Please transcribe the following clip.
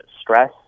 stress